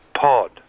pod